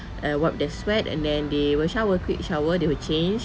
wipe their sweat and then they will shower quick shower they will change